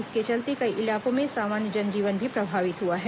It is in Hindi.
इसके चलते कई इलाकों में सामान्य जनजीवन भी प्रभावित हुआ है